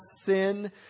sin